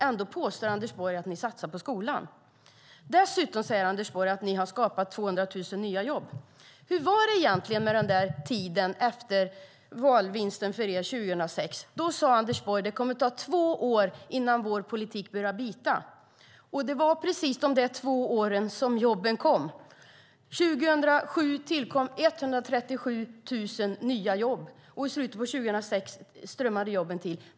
Ändå påstår du, Anders Borg, att ni satsar på skolan. Dessutom säger du, Anders Borg, att ni har skapat 200 000 nya jobb. Hur var det egentligen den där tiden efter er valvinst 2006? Då sade Anders Borg: Det kommer att ta två år innan vår politik börjar bita. Och det var precis under de där två åren som jobben kom. År 2007 tillkom 137 000 nya jobb, och i slutet av 2006 strömmade jobben till.